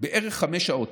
בערך חמש שעות,